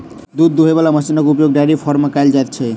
दूध दूहय बला मशीनक उपयोग डेयरी फार्म मे कयल जाइत छै